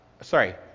sorry